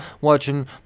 watching